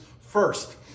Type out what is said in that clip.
first